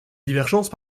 divergences